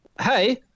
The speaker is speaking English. Hey